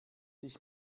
ich